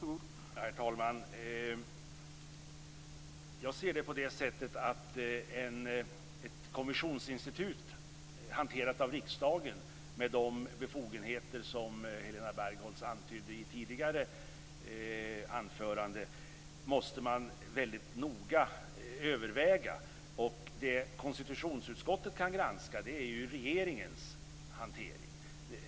Herr talman! Jag ser det på det sättet att ett kommissionsinstitut hanterat av riksdagen med de befogenheter som Helena Bargholtz antydde i ett tidigare anförande måste man väldigt noga överväga. Det konstitutionsutskottet kan granska är ju regeringens hantering.